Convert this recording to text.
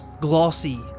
glossy